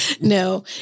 no